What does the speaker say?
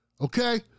okay